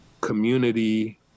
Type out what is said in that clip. community